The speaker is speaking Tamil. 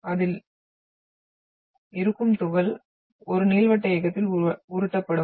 அது அதில் இருக்கும் துகள் ஒரு நீள்வட்ட இயக்கத்தில் உருட்டப்படும்